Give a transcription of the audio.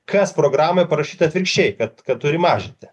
kas programoje parašyta atvirkščiai kad kad turi mažinti